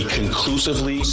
conclusively